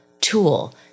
tool